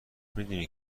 میدونی